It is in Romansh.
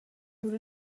lura